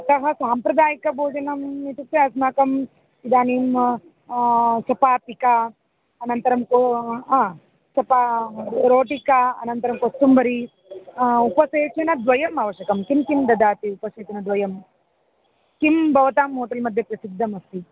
अतः साम्प्रदायिकभोजनम् इत्युक्ते अस्माकम् इदानीं चपातिका अनन्तरं को चपा रोटिका अनन्तरं कोस्तुम्बरी उपसेचनद्वयम् आवश्यकं किं किं ददाति उपसेचनद्वयं किं भवतां होटेल् मध्ये प्रसिद्धम् अस्ति